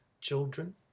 children